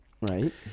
right